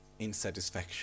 insatisfaction